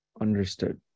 Understood